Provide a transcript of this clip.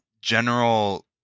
general